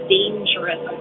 dangerous